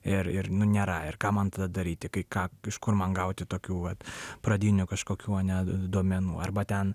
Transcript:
ir ir nu nėra ir ką man daryti kai ką iš kur man gauti tokių vat pradinių kažkokių a ne duomenų arba ten